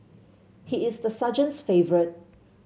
he is the sergeant's favourite